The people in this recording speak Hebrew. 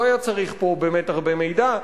לא היה צריך פה באמת הרבה מידע,